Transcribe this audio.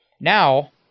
Now